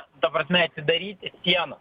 ta prasme atidaryti sieną